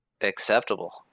acceptable